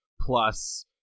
plus